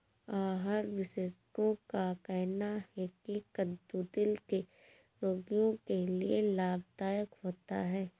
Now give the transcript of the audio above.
आहार विशेषज्ञों का कहना है की कद्दू दिल के रोगियों के लिए लाभदायक होता है